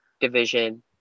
division